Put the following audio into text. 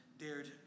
dared